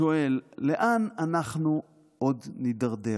שואל, לאן אנחנו עוד נידרדר?